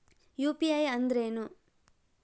UPI ಅಂದ್ರೇನು?